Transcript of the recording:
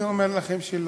אני אומר לכם שלא.